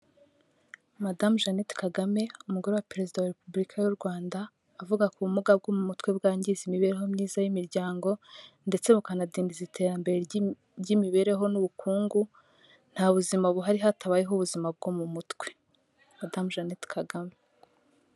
Madamu Jeanette Kagame umugore wa Perezida wa Repubulika y'u Rwanda avuga ku bumuga bwo mu mutwe bwangiza imibereho myiza y'imiryango, ndetse bukanadindiza iterambere ry'imibereho n'ubukungu, nta buzima buhari hatabayeho ubuzima bwo mu mutwe. Madamu Jeanette Kagame.